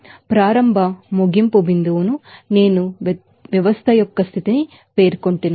starting end point ను నేను system స్టేట్ని పేర్కొన్నాను